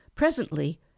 Presently